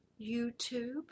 YouTube